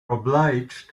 obliged